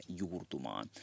juurtumaan